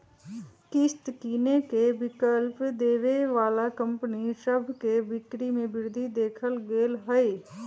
किस्त किनेके विकल्प देबऐ बला कंपनि सभ के बिक्री में वृद्धि देखल गेल हइ